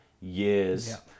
years